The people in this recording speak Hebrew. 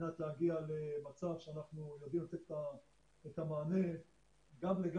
על-מנת להגיע למצב שאנחנו יודעים לתת את המענה גם לגל